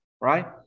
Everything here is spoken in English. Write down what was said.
right